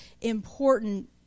important